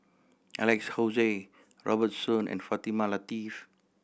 Alex Josey Robert Soon and Fatimah Lateef